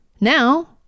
Now